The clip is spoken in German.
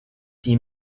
die